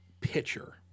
pitcher